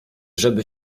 żeby